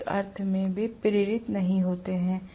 एक अर्थ में वे प्रेरित नहीं हैं